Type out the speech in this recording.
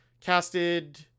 casted